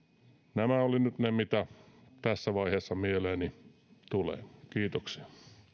nämä olivat nyt ne mitä tässä vaiheessa mieleeni tulee kiitoksia